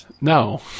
No